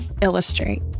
illustrate